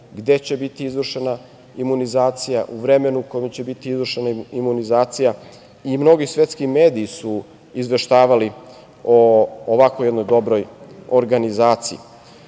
gde će biti izvršena imunizacija, o vremenu kada će biti izvršena imunizacija i mnogi svetski mediji su izveštavali o ovakvoj jednoj dobroj organizaciji.S